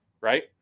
right